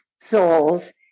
souls